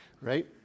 right